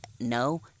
no